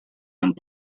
and